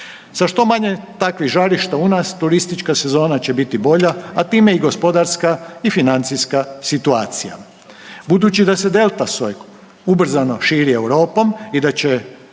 Sa što manje takvih žarišta u nas, turistička sezona će biti bolja, a time i gospodarska i financijska situacija. Budući da se delta soj ubrzano širi Europom i da će